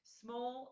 small